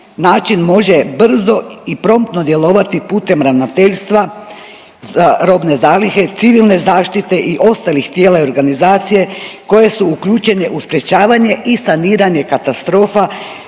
način može brzo i promptno djelovati putem ravnateljstva za robne zalihe, civilne zaštite i ostalih tijela i organizacije koje su uključene u sprječavanje i saniranje katastrofa